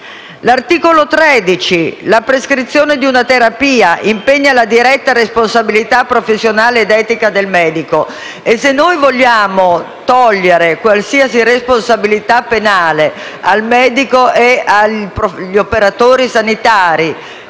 accertamento diagnostico e/o di una terapia impegna la diretta responsabilità professionale ed etica del medico». Se noi vogliamo togliere qualsiasi responsabilità penale al medico e agli operatori sanitari,